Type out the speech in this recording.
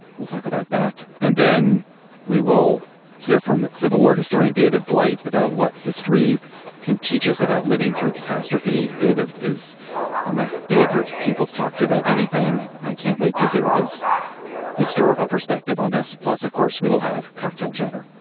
we'll talk about that. and then we will hear from civil war historian david blight about what history can teach us about living through catastrophe. david is one of my favorite people to talk to about anything. i can't wait to hear his historical perspective on this. plus, of course, we will have cocktail chatter